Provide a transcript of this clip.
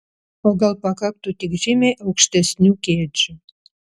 o gal pakaktų tik žymiai aukštesnių kėdžių